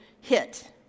hit